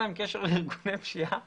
להם קשר לארגוני פשיעה